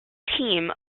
team